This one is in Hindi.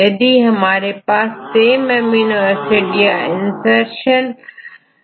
यदि हमारे पास समान एमिनो एसिड है और यह दोनों सीक्वेंस एक दूसरे से कहां तकसंबंधित है